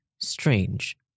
Strange